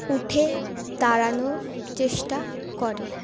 উঠে দাঁড়ানোর চেষ্টা করে